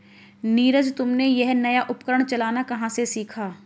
नीरज तुमने यह नया उपकरण चलाना कहां से सीखा?